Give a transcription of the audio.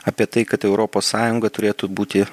apie tai kad europos sąjunga turėtų būti